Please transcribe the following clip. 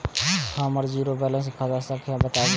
हमर zero balance के खाता संख्या बतबु?